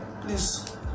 please